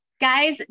Guys